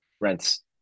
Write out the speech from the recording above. rents